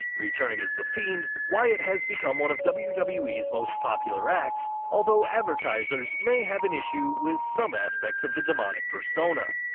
returning as the fiend, wyatt has become one of wwe's wwe's most popular acts, though advertisers may have an issue with some aspects of the demonic persona.